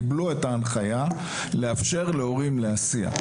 קיבלו את ההנחיה לאפשר להורים להסיע.